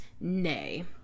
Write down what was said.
nay